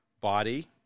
body